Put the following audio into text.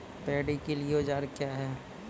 Paddy के लिए औजार क्या हैं?